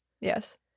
Yes